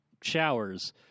showers